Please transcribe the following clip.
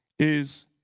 is